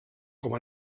com